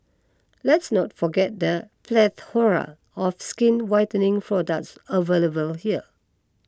let's not forget the plethora of skin whitening products available here